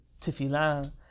tefillah